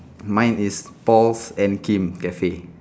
mine is paul and kim cafe